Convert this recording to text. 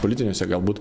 politiniuose galbūt